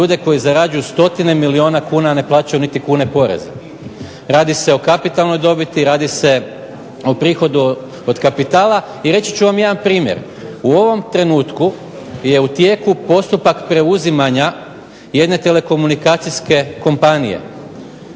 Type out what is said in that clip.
ljude koji zarađuju stotine milijuna kuna a ne plaćaju niti kune poreza. Radi se o kapitalnoj dobiti, radi se o prihodu od kapitala i reći ću vam jedan primjer. U ovom trenutku je u tijeku postupak preuzimanja jedne telekomunikacijske kompanije